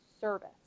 service